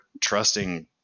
trusting